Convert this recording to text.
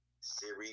Siri